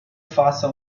faça